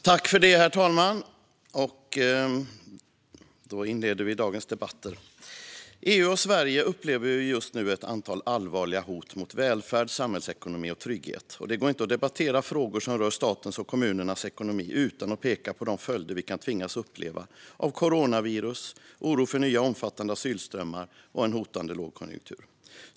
Herr talman! Nu inleder vi dagens debatter. EU och Sverige upplever just nu ett antal allvarliga hot mot välfärd, samhällsekonomi och trygghet. Det går inte att debattera frågor som rör statens och kommunernas ekonomi utan att peka på de följder vi kan tvingas uppleva av coronavirus, oro för nya omfattande asylströmmar och en hotande lågkonjunktur.